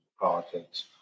politics